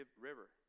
river